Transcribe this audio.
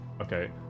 Okay